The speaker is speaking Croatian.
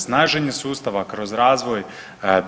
Snaženje sustava kroz razvoj